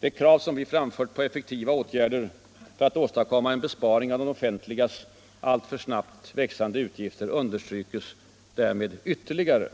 De krav vi framfört på effektiva åtgärder för att åstadkomma en besparing av det offentligas alltför snabbt växande utgifter understrykes därmed ytterligare.